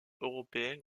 européens